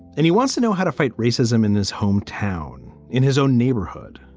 and he wants to know how to fight racism in his home town, in his own neighborhood